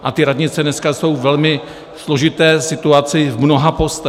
A ty radnice dneska jsou ve velmi složité situaci v mnoha postech.